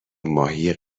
ماهی